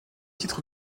titres